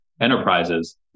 enterprises